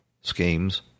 schemes